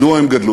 מדוע הן גדלו?